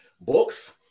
books